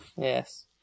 Yes